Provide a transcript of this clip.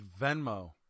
Venmo